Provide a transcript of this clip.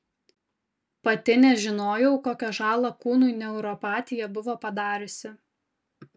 pati nežinojau kokią žalą kūnui neuropatija buvo padariusi